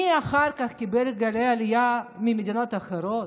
מי אחר כך קיבל את גלי העלייה ממדינות אחרות,